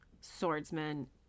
swordsman